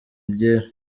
iryera